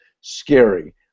scary